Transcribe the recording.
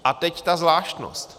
A teď ta zvláštnost.